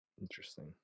Interesting